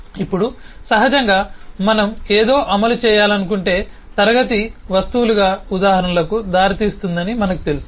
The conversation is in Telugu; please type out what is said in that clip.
ఇప్పుడు సహజంగా మనం ఏదో అమలు చేయాలనుకుంటే క్లాస్ వస్తువులుగా ఉదాహరణలకు దారితీస్తుందని మనకు తెలుసు